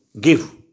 give